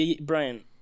Brian